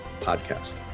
Podcast